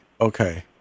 okay